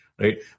right